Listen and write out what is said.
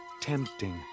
tempting